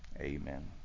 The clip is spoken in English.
amen